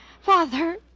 Father